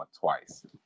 twice